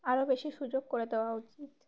আরও বেশি সুযোগ করে দেওয়া উচিত